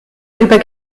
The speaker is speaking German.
über